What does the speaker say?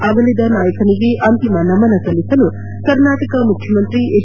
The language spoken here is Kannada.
ಅಗಲಿದ ನಾಯಕನಿಗೆ ಅಂತಿಮ ನಮನ ಸಲ್ಲಿಸಲು ಕರ್ನಾಟಕ ಮುಖ್ಡಮಂತ್ರಿ ಎಚ್